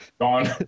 gone